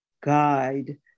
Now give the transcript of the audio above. guide